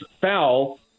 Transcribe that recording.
foul